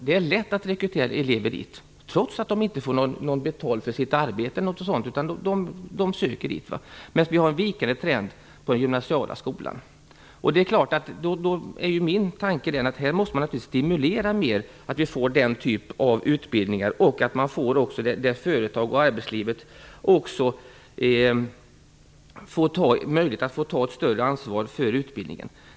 Det är lätt att rekrytera elever till dessa skolor, trots att eleverna inte får något betalt för sitt arbete. Samtidigt är det en vikande trend vad gäller den vanliga gymnasieskolan. Min tanke är att man naturligtvis måste stimulera den här typen av utbildningar. Då får företag och arbetslivet också möjlighet att ta ett större ansvar för utbildningen.